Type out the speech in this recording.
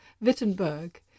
Wittenberg